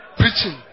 preaching